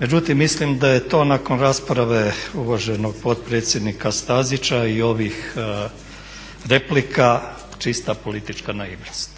Međutim, mislim da je to nakon rasprave uvaženog potpredsjednika Stazića i ovih replika čista politička naivnost.